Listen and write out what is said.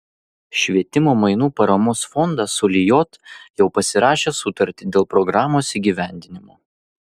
švietimo mainų paramos fondas su lijot jau pasirašė sutartį dėl programos įgyvendinimo